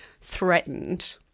threatened –